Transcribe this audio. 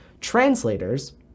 translators